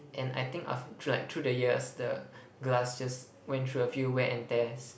and I think af~ through like through the years the glass just went through a few wear and tears